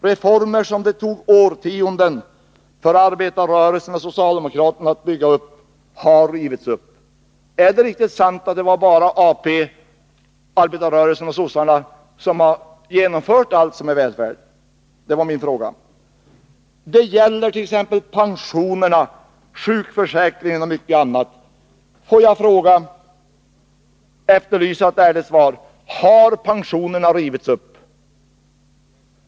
Reformer som det tog årtionden för arbetarrörelsen och Socialdemokraterna att bygga upp — har rivits upp.” Min fråga är: Är det verkligen sant att det bara är arbetarrörelsen och socialdemokraterna som har genomfört allt som är välfärd? Det gäller ju t.ex. pensionerna, sjukförsäkringen och mycket annat. Får jag efterlysa ett ärligt svar på följande fråga: Har pensionerna rivits upp?